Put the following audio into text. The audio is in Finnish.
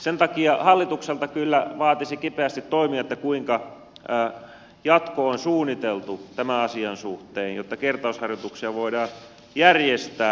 sen takia hallitukselta kyllä vaatisi kipeästi toimia kuinka jatko on suunniteltu tämän asian suhteen jotta kertausharjoituksia voidaan järjestää